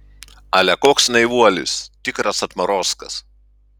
ale koks naivuolis tikras atmarozkas